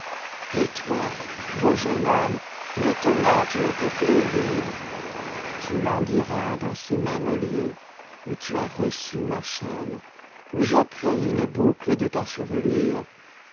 et toi beau jeune homme maintenant tu ne peux plus vivre tu languiras dans ces mêmes lieux où tu as reçu ma chaîne où j'ai pris une boucle de ta cheve